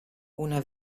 una